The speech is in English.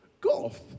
golf